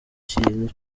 kintu